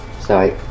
sorry